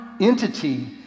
entity